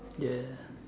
ya